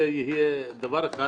זה דבר אחד.